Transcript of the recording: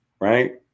right